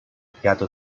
πιάτο